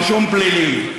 רישום פלילי.